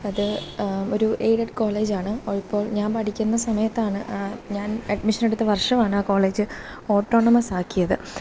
അത് ഒരു എയ്ഡഡ് കോളേജാണ് അതിപ്പോൾ ഞാൻ പഠിക്കുന്ന സമയത്താണ് ഞാൻ അഡ്മിഷനെടുത്ത വർഷമാണാ കോളേജ് ഓട്ടോണോമസ്സ് ആക്കിയത്